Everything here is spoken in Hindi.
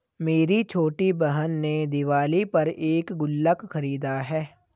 मेरी छोटी बहन ने दिवाली पर एक गुल्लक खरीदा है